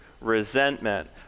resentment